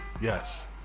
Yes